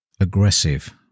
aggressive